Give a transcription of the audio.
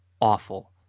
awful